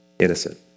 innocent